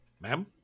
ma'am